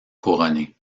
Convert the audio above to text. couronnée